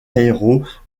héros